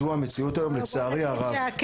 זו המציאות היום, לצערי הרב.